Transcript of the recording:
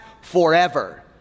forever